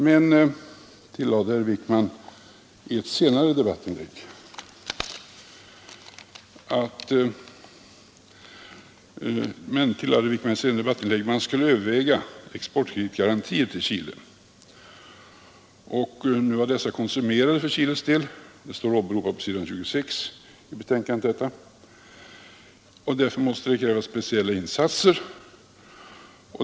Men, tillade herr Wickman i ett senare 26 april 1973 debattinlägg, man skulle överväga exportkreditgarantier till Chile. Nu var dessa konsumerade för Chiles del — detta återges på s. 26 i betänkandet Granskning av stats — och därför krävdes speciella insatser.